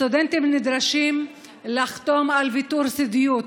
סטודנטים נדרשים לחתום על ויתור סודיות,